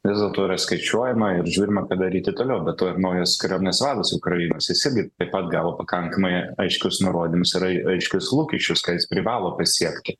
vis dėlto yra skaičiuojama ir žiūrime ką daryti toliau be to ir naujas kariuomenės vadas ukrainos jis irgi taip pat gavo pakankamai aiškius nurodymus ir ai aiškius lūkesčius ką jis privalo pasiekti